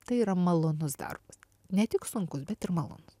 tai yra malonus darbas ne tik sunkus bet ir malonus